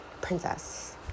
princess